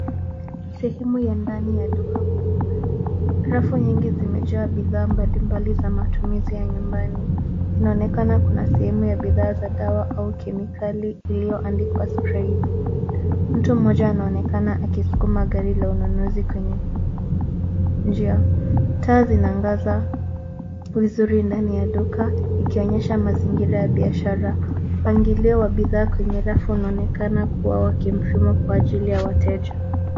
Sehemu ya ndani ya duka kuu rafu nyingi zimejaa bidhaa mbalimbali za matumizi ya nyumbani inaonekana kuna sehemu ya bidhaa za dawa au kemikali iliyoandikwa Sprays . Mtu mmoja anaonekana akiskuma gari la ununuzi kwenye njia, taa zinaangaza vizuri ndani ya duka ikionyesha mazingira ya biashara pangilio wa bidhaa kwenye rafu unaonekana kuwa wa kimfumo kwa ajili ya wateja.